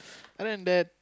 other than that